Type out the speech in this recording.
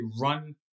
run